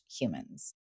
humans